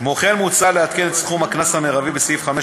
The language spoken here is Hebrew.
כמו כן מוצע לעדכן את סכום הקנס המרבי בסעיף 5